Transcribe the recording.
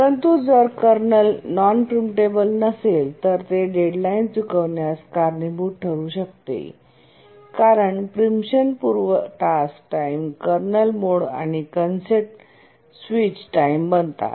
परंतु जर kernel non preemptible नसेल तर ते डेडलाइन चुकवण्यास कारणीभूत ठरू शकते कारण प्रीएम्पशन पूर्व टास्क टाइम कर्नल मोड आणि कंटेक्स्ट स्विच टाइम बनतात